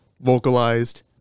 vocalized